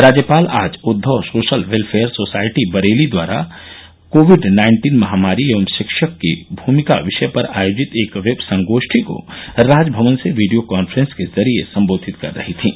राज्यपाल आज Uddhav social welfare society Bareilly द्वारा कोविड नाइन्टीन महामारी एवं शिक्षक की भूमिका विषय पर आयोजित एक वेब संगोष्ठी को राजभवन से वीडियो कॉन्फ्रेंसिंग के जरिये सम्बोधित कर रहीं थीं